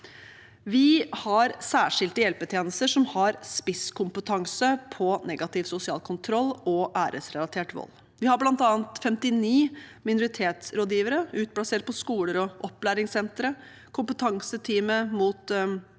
Vi har særskilte hjelpetjenester som har spisskompetanse på negativ sosial kontroll og æresrelatert vold. Vi har bl.a. 59 minoritetsrådgivere utplassert på skoler og opplæringssentre, Kompetanseteamet mot